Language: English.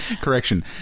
correction